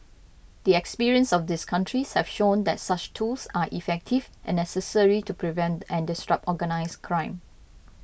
the experiences of these countries have shown that such tools are effective and necessary to prevent and disrupt organised crime